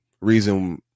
reason –